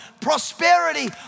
prosperity